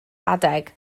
adeg